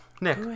Nick